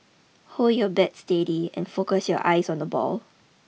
hold your bat steady and focus your eyes on the ball